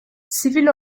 sivil